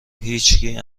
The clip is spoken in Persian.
هیچکی